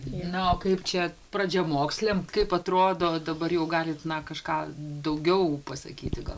na o kaip čia pradžiamokslėm kaip atrodo dabar jau galit na kažką daugiau pasakyti gal